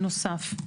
בנוסף.